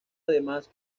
además